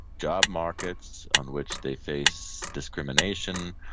job markets on which they face discrimination,